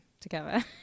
together